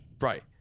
right